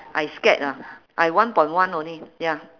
I scared ah I one point one only ya